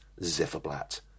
Zifferblatt